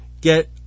get